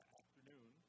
afternoon